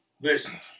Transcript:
listen